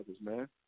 man